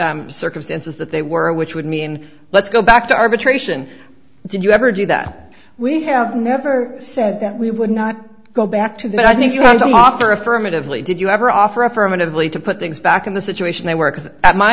circumstances that they were which would mean let's go back to arbitration did you ever do that we have never said that we would not go back to that i think you have some offer affirmatively did you ever offer affirmatively to put things back in the situation they work